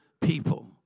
people